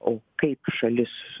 o kaip šalis